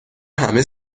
همه